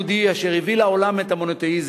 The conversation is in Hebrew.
העם היהודי, אשר הביא לעולם את המונותיאיזם,